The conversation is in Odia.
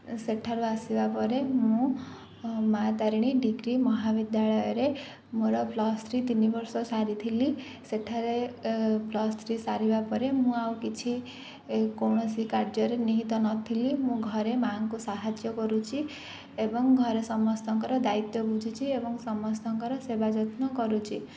ସେଠାରୁ ଆସିବା ପରେ ମୁଁ ମାଁ ତାରିଣୀ ଡିଗ୍ରୀ ମହାବିଦ୍ୟାଳୟରେ ମୋର ପ୍ଲସ୍ ଥ୍ରୀ ତିନି ବର୍ଷ ସାରିଥିଲି ସେଠାରେ ପ୍ଲସ୍ ଥ୍ରୀ ସାରିବାପରେ ମୁଁ ଆଉ କିଛି କୌଣସି କାର୍ଯ୍ୟରେ ନିହିତ ନଥିଲି ମୁଁ ଘରେ ମା'ଙ୍କୁ ସାହାଯ୍ୟ କରୁଛି ଏବଂ ଘରେ ସମସ୍ତଙ୍କର ଦାୟିତ୍ୱ ବୁଝୁଛି ଏବଂ ଘରେ ସମସ୍ତଙ୍କ ସେବା ଯତ୍ନ କରୁଛି